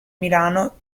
milano